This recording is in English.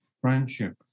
Friendship